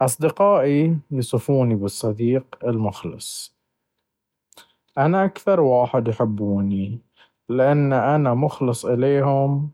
أصدقائي يصفوني بالصديق المخلص، أنا اكثر واحد يحبوني لأنه أنا مخلص إليهم